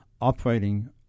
operating